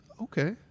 Okay